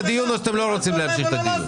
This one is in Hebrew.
הדיון או שאתם לא רוצים להמשיך את הדיון?